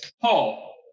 Paul